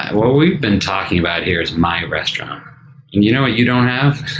what we've been talking about here is my restaurant, and you know what you don't have?